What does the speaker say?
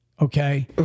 okay